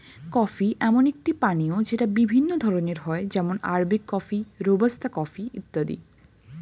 coffee এমন একটি পানীয় যেটা বিভিন্ন ধরণের হয় যেমন আরবিক কফি, রোবাস্তা কফি ইত্যাদি